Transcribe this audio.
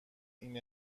این